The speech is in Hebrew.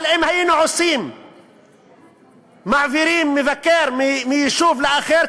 אבל אם היינו מעבירים מבקר מיישוב אחד לאחר,